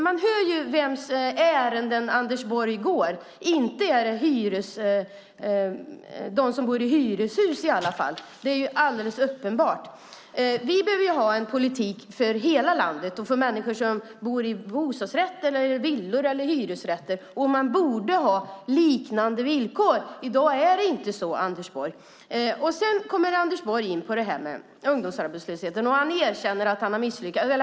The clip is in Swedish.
Man hör vems ärenden Anders Borg går. Inte gäller det dem som bor i hyreshus i alla fall. Det är alldeles uppenbart. Vi behöver ha en politik för hela landet och för människor som bor i bostadsrätter, villor eller hyresrätter. Man borde ha liknande villkor. I dag är det inte så, Anders Borg. Sedan kommer Anders Borg in på ungdomsarbetslösheten. Han erkänner att han har misslyckats.